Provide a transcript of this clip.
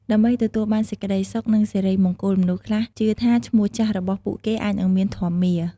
ដើម្បីទទួលបានសេចក្តីសុខ និងសិរីមង្គល មនុស្សខ្លះជឿថាឈ្មោះចាស់របស់ពួកគេ អាចនឹងមាន "ធម្យមារ" ។